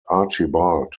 archibald